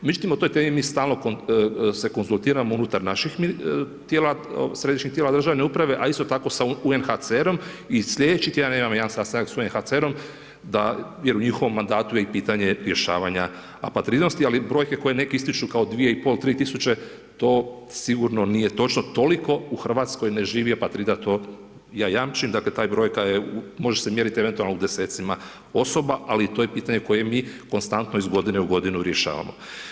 Mi se o toj temi se stalno konzultiramo unutar našeg tijela, središnjeg tijela države uprave, a isto tako i sa UNHCR-om i sljedeći tjedan imamo jedan sastanak sa UNHCER-om da jer u njihovom mandatom je pitanje rješavanja apatridnosti, ali brojke koji neki ističu kao 2,5, 3 tisuće, to sigurno nije točno, toliko u Hrvatskoj ne živi apatrida to ja jamčim, dakle, ta brojka je može se mjeriti eventualno u desecima osoba, ali to je pitanje, koje mi konstanto iz godine u godinu rješavamo.